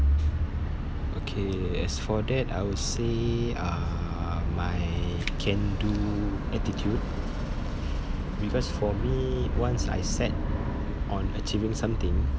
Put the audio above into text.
okay as for that I would say uh my can do attitude because for me once I set on achieving something